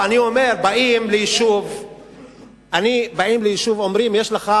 אני אומר: באים ליישוב ואומרים: יש לך